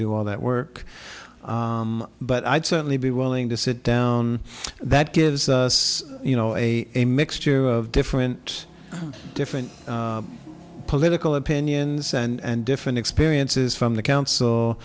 do all that work but i'd certainly be willing to sit down that gives us you know a mixture of different different political opinions and different experiences from the council